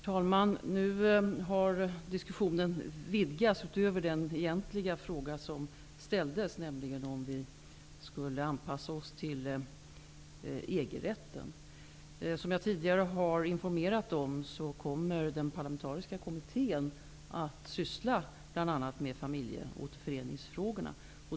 Herr talman! Diskussionen har nu vidgats utöver den fråga som ställdes om huruvida vi skulle anpassa oss till EG-rätten. Som jag tidigare har informerat kommer den parlamentariska kommittén att syssla bl.a. med familjeåterföreningsfrågor.